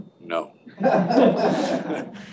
No